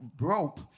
rope